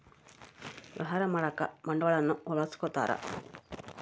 ವ್ಯವಹಾರ ಮಾಡಕ ಬಂಡವಾಳನ್ನ ಬಳಸ್ಕೊತಾರ